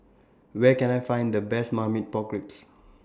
Where Can I Find The Best Marmite Pork Ribs